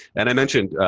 and i mentioned,